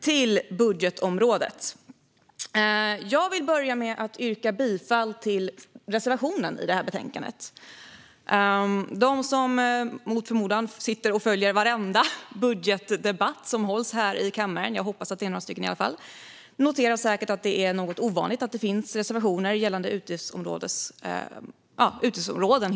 Till budgetområdet! Jag vill börja med att yrka bifall till reservationen i detta betänkande. De som mot förmodan följer varenda budgetdebatt som hålls här i kammaren - jag hoppas att det är några stycken - noterar säkert att det är något ovanligt att det finns reservationer gällande utgiftsområden.